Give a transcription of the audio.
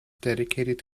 dedicated